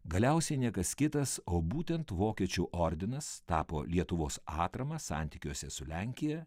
galiausiai niekas kitas o būtent vokiečių ordinas tapo lietuvos atrama santykiuose su lenkija